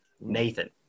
Nathan